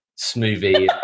smoothie